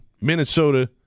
Minnesota